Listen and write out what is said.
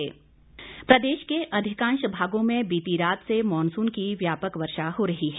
मौसम प्रदेश के अधिकांश भागों में बीती रात से मॉनसून की व्यापक वर्षा हो रही है